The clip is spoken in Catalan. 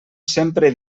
sempre